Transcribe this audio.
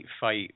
fight